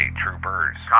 troopers